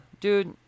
Dude